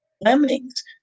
lemmings